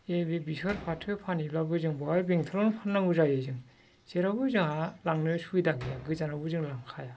बे बेसर फाथो फानहैब्लाबो जों बेवहाय बेंथलावनो फाननांगौ जायो जों जेरावबो जोंहा लांनो सुबिदा गैया गोजानावबो जों लांखाया